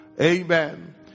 amen